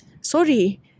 Sorry